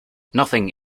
nothing